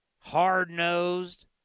Hard-nosed